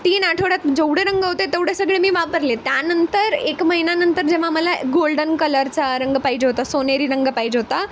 तीन आठवड्यात जेवढे रंग होते तेवढे सगळे मी वापरले त्यानंतर एक महिन्यानंतर जेव्हा मला गोल्डन कलरचा रंग पाहिजे होता सोनेरी रंग पाहिजे होता